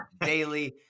Daily